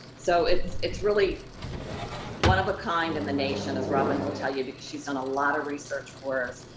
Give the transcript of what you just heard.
so it's it's really one of a kind in the nation, as robin will tell you, because she's done a lot of research for us.